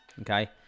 okay